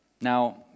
Now